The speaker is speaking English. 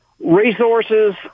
resources